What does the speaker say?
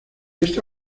esta